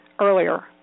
earlier